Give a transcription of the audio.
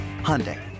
Hyundai